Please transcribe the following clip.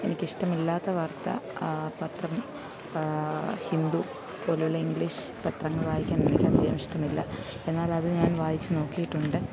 എനിക്കിഷ്ടമില്ലാത്ത വാർത്ത പത്രം ഹിന്ദു പോലുള്ള ഇംഗ്ലീഷ് പത്രങ്ങൾ വായിക്കാൻ എനിക്കധികം ഇഷ്ടമില്ല എന്നാലത് ഞാൻ വായിച്ച് നോക്കിയിട്ടുണ്ട്